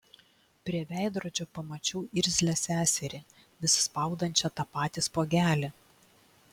prie veidrodžio pamačiau irzlią seserį vis spaudančią tą patį spuogelį